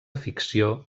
ficció